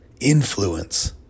influence